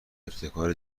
ابتکار